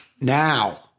now